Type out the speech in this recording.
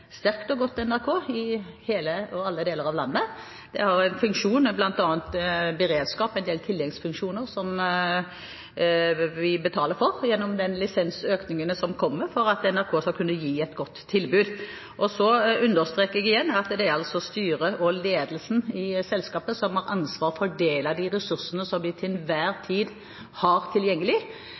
sterkt og godt NRK i alle deler av landet. Det har en funksjon med bl.a. beredskap, og en del tilleggsfunksjoner som vi betaler for gjennom de lisensøkninger som kommer, for at NRK skal kunne gi et godt tilbud. Så understreker jeg igjen at det er styret og ledelsen i selskapet som har ansvaret for å fordele de ressursene som de til enhver tid har tilgjengelig,